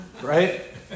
Right